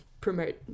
promote